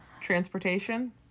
Transportation